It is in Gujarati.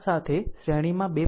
5 સાથે શ્રેણીમાં 2